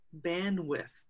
bandwidth